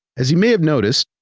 as you may have noticed,